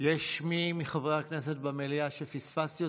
יש מי מחברי הכנסת במליאה שפספסתי?